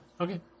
Okay